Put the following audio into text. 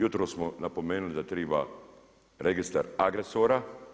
Jutros smo napomenuli da triba registar agresora.